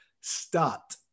start